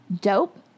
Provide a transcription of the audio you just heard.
Dope